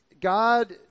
God